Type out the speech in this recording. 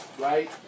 right